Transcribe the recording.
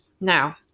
Now